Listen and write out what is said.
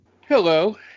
Hello